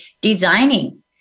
designing